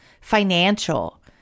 financial